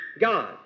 God